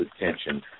attention